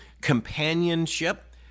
companionship